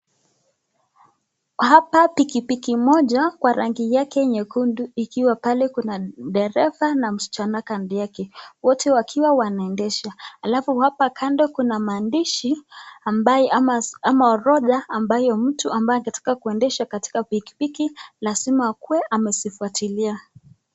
Hapa pikipiki moja kwa rangi yake nyekundu ikiwa pale kuna dereva na msichana kando yake, wote wakiwa wanendesha. Alafu hapa kando kuna maandishi ama orodha ambayo mtu ambaye akitaka kuendesha pikipiki lazima aweze kuifuatilia.